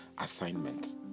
assignment